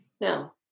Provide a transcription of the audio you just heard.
Now